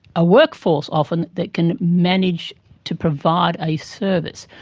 a workforce often that can manage to provide a service.